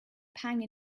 pang